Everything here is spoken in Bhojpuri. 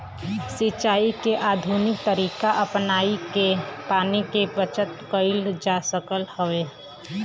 सिंचाई के आधुनिक तरीका अपनाई के पानी के बचत कईल जा सकत हवे